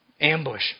ambush